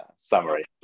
summary